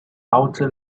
outer